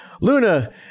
Luna